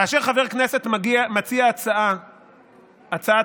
כאשר חבר כנסת מציע הצעת חוק,